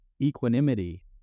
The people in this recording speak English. Equanimity